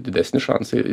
didesni šansai